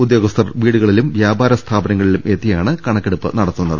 ഉദ്യോഗസ്ഥർ വീടുകളിലും വ്യാപാര സ്ഥാപനങ്ങളിലും എത്തിയാണ് കണ ക്കെടുപ്പ് നടത്തുന്നത്